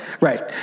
right